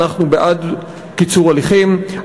אנחנו בעד קיצור הליכים,